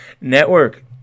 Network